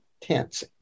tense